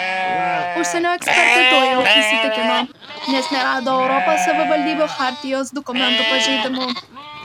užsienio ekspertai tuo jau įsitikino nes nerado europos savivaldybių chartijos dokumentų pažeidimų